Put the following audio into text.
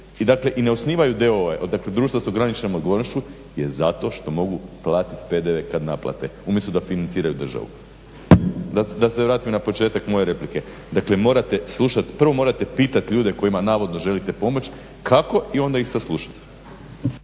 i ne osnivaju d.o.o.-e, dakle društva s ograničenom odgovornošću, je zato što mogu platit PDV kad naplate umjesto da financiraju državu. Da se vratim na početak moje replike. Dakle, morate slušati, prvo morate pitati ljude kojima navodno želite pomoći kako i onda ih saslušati.